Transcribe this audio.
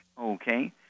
Okay